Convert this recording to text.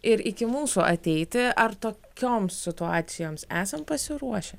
ir iki mūsų ateiti ar tokioms situacijoms esam pasiruošę